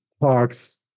talks